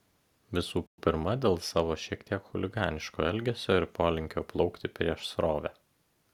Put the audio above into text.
visų pirma dėl savo šiek tiek chuliganiško elgesio ir polinkio plaukti prieš srovę